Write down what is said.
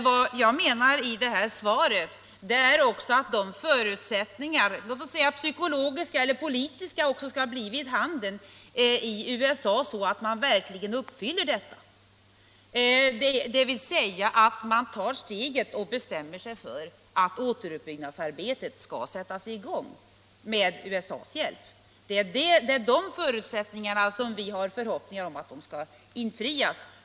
Vad jag menar i svaret är att förutsättningar av låt oss säga psykologisk och politisk art också skall skapas i USA, så att man verkligen tar steget och bestämmer sig för att återuppbyggnadsarbetet skall sättas i gång med USA:s hjälp. Det är de förutsättningarna som vi hoppas skall skapas.